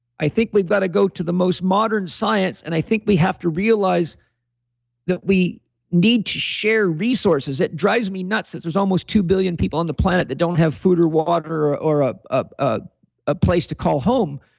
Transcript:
i think we've got to go to the most modern science and i think we have to realize that we need to share resources. it drives me nuts, there's almost two billion people on the planet that don't have food or water or ah a a place to call home.